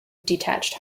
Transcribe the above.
detached